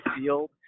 field